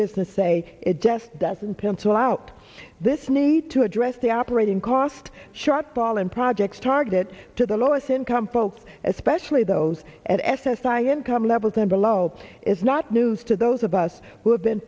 business say it just doesn't pencil out this need to address the operating cost shot ball and projects targeted to the lowest income folks especially those at s s i income levels envelope is not news to those of us who have been